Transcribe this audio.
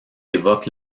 évoque